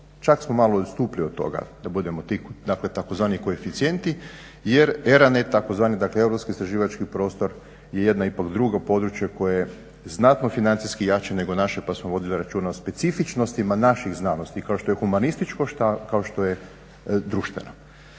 Čak smo malo i odstupili od toga, da budemo ti dakle tzv. koeficijenti jer ERANET, tzv. dakle Europski istraživački prostor je jedno ipak drugo područje koje je znatno financijski jače nego naše pa smo vodili računa o specifičnostima naših znanosti kao što je humanističko kao što je društveno.